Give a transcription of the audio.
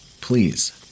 Please